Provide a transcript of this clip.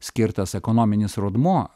skirtas ekonominis rodmuo